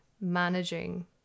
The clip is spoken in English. managing